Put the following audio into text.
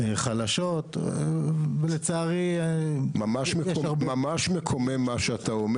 חלשות --- מה שאתה אומר זה ממש מקומם.